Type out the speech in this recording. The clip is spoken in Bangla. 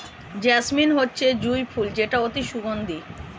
জেসমিন হচ্ছে জুঁই ফুল যেটা অতি সুগন্ধিত